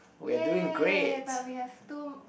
yay but we have two